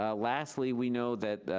ah lastly we know that